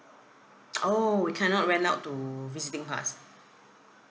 orh we cannot rent out to visiting pass